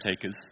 takers